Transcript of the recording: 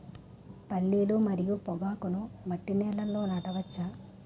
పల్లీలు మరియు పొగాకును మట్టి నేలల్లో నాట వచ్చా?